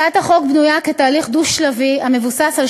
הצעת החוק בנויה כתהליך דו-שלבי המבוסס על